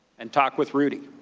and talk with rudy.